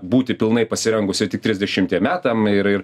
būti pilnai pasirengus ir tik trisdešimtiem metam ir ir